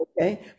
Okay